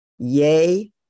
Yay